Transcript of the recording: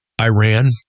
Iran